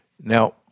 Now